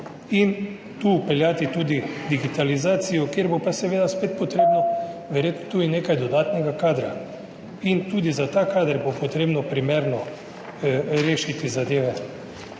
In tu vpeljati tudi digitalizacijo, kjer bo pa seveda spet potrebnega verjetno tudi nekaj dodatnega kadra in tudi za ta kader bo potrebno primerno rešiti zadeve.